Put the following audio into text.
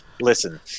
Listen